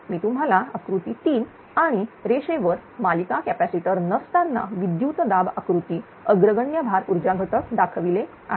मी तुम्हाला आकृती 3 आणि रेषेवर मालिका कॅपॅसिटर नसताना विद्युत दाब आकृती अग्रगण्य भार ऊर्जा घटक दाखविले आहे